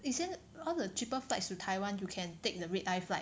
以前 all the cheaper flights to Taiwan you can take the red-eye flight